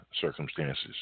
circumstances